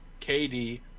KD